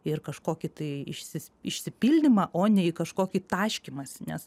ir kažkokį tai išsi išsipildymą o ne į kažkokį taškymąsi nes